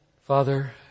Father